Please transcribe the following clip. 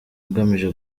ugamije